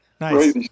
Nice